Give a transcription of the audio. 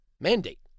mandate